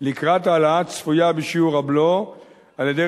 לקראת ההעלאה הצפויה בשיעור הבלו על-ידי